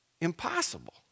impossible